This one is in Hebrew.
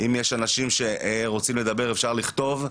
אם יש אנשים שרוצים לדבר אפשר לכתוב,